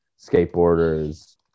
skateboarders